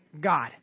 God